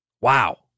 Wow